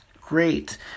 Great